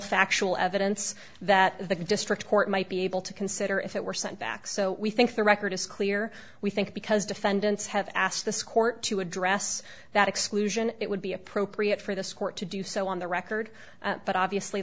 factual evidence that the district court might be able to consider if it were sent back so we think the record is clear we think because defendants have asked this court to address that exclusion it would be appropriate for this court to do so on the record but obviously